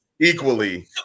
equally